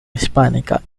hispánica